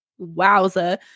Wowza